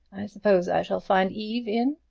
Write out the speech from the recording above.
i suppose i shall find eve in?